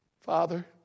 Father